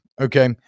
okay